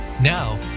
Now